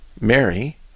Mary